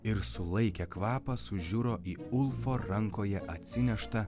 ir sulaikę kvapą sužiuro į ulfo rankoje atsineštą